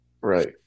Right